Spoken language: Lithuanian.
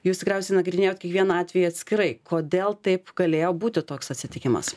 jūs tikriausiai nagrinėjot kiekvieną atvejį atskirai kodėl taip galėjo būti toks atsitikimas